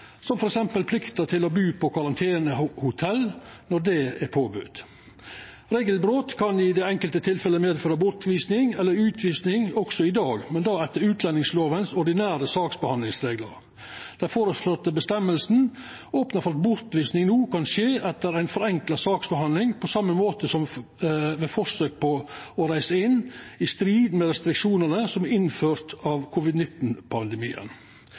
som f.eks. plikta til å bu på karantenehotell når det er påbode. Regelbrot kan i enkelte tilfelle føra til bortvising eller utvising også i dag, men då etter utlendingslovas ordinære saksbehandlingsreglar. Den føreslåtte føresegna opnar for at bortvising no kan skje etter ei forenkla saksbehandling, på same måten som ved forsøk på å reisa inn i Noreg i strid med dei restriksjonane som er innførte på grunn av